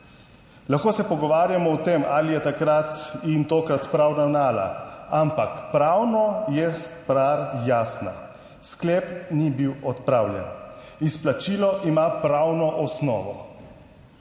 Lahko se pogovarjamo o tem, ali je takrat in tokrat prav ravnala, ampak pravno je stvar jasna. Sklep ni bil odpravljen, izplačilo ima pravno osnovo.